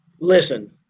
listen